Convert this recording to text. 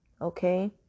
Okay